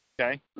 Okay